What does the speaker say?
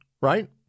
right